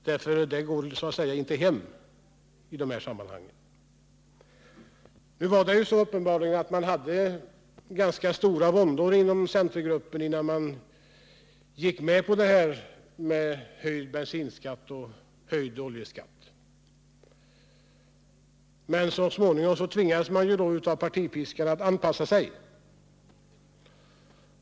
Här går den så att säga inte hem. Inom centergruppen hade man uppenbarligen stora våndor innan man gick med på förslaget om höjd bensinskatt och höjd oljeskatt. Men så småningom ven partipiskan och man tvingades anpassa sig.